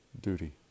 duty